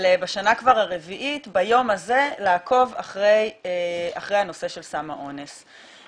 בשנה הרביעית ביום הזה אנחנו עוקבים אחרי הנושא של סם האונס.